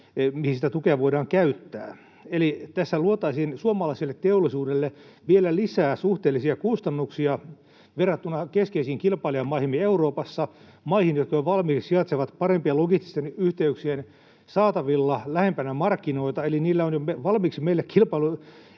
mihin sitä tukea voidaan käyttää. Eli tässä luotaisiin suomalaiselle teollisuudelle vielä lisää suhteellisia kustannuksia verrattuna keskeisiin kilpailijamaihimme Euroopassa, maihin, jotka jo valmiiksi sijaitsevat parem-pien logististen yhteyksien saatavilla lähempänä markkinoita, eli niillä on jo valmiiksi kilpailuetuasema